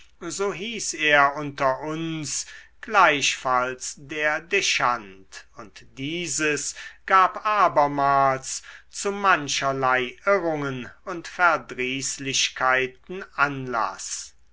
so hieß er unter uns gleichfalls der dechant und dieses gab abermals zu mancherlei irrungen und verdrießlichkeiten anlaß